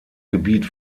gebiet